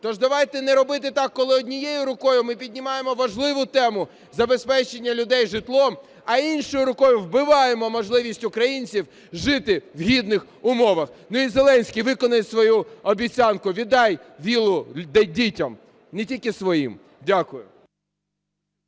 То ж давайте не робити так, коли однією рукою ми піднімаємо важливу тему – забезпечення людей житлом, а іншою рукою вбиваємо можливість українців жити в гідних умовах. Ну і, Зеленський, виконай свою обіцянку, віддай віллу дітям! Не тільки своїм! Дякую.